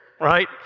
right